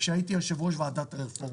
כשהייתי יושב-ראש ועדת הרפורמות.